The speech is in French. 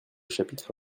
chapitre